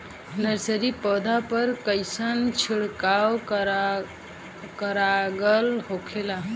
Nursery पौधा पर कइसन छिड़काव कारगर होखेला?